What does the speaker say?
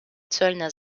zöllner